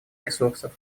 ресурсов